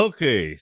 Okay